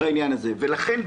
לכן,